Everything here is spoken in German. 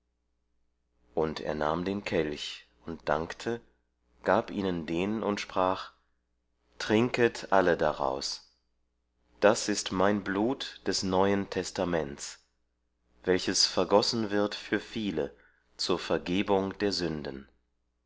und er nahm den kelch und dankte gab ihnen den und sprach trinket alle daraus das ist mein blut des neuen testaments welches vergossen wird für viele zur vergebung der sünden